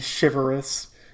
chivalrous